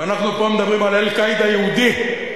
ואנחנו פה מדברים על "אל-קאעידה" יהודי.